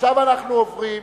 עכשיו, אנחנו עוברים: